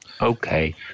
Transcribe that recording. Okay